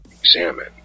examine